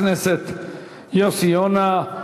תודה לחבר הכנסת יוסי יונה.